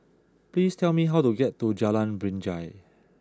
please tell me how to get to Jalan Binjai